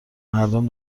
مردم